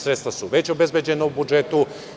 Sredstva su već obezbeđena u budžetu.